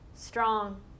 strong